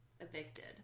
evicted